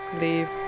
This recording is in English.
leave